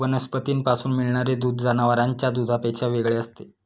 वनस्पतींपासून मिळणारे दूध जनावरांच्या दुधापेक्षा वेगळे असते